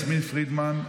יסמין פרידמן,